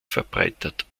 verbreitert